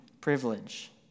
privilege